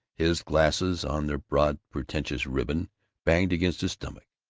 his glasses on their broad pretentious ribbon banged against his stomach.